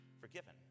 forgiven